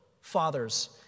fathers